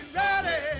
ready